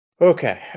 Okay